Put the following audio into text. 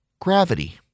Gravity